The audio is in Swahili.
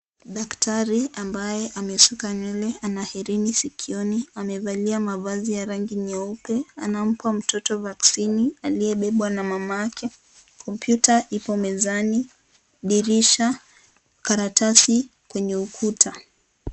Daktari ambaye amesuka nywele ana herini sikioni , amevalia mavazi ya rangi nyeupe, anampa mtoto vaccine aliyebebwa na mama yake. Kompyuta ipo mezani , dirisha karatasi kwenye ukuta.